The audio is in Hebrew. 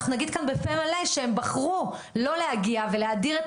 אנחנו נגיד כאן בפה מלא שהם בחרו לא להגיע ולהדיר את